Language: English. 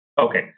Okay